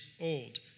old